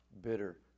bitter